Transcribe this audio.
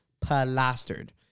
plastered